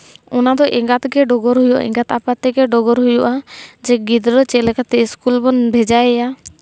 ᱚᱱᱟᱫᱚ ᱮᱸᱜᱟᱛ ᱜᱮ ᱰᱚᱜᱚᱨ ᱦᱩᱭᱩᱜᱼᱟ ᱮᱸᱜᱟᱛᱼᱟᱯᱟᱛ ᱜᱮ ᱰᱚᱜᱚᱨ ᱦᱩᱭᱩᱜᱼᱟ ᱡᱮ ᱜᱤᱫᱽᱨᱟᱹ ᱪᱮᱫ ᱞᱮᱠᱟᱛᱮ ᱥᱠᱩᱞ ᱵᱚᱱ ᱵᱷᱮᱡᱟᱭᱮᱭᱟ